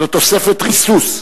זאת תוספת ריסוס.